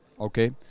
Okay